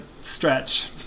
stretch